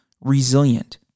resilient